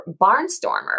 Barnstormer